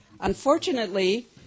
Unfortunately